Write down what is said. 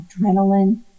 adrenaline